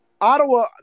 Ottawa